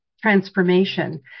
transformation